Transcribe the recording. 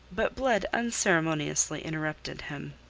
but blood unceremoniously interrupted him.